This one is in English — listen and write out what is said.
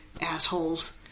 assholes